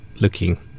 looking